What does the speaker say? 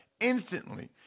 instantly